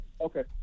Okay